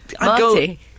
Marty